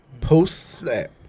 post-snap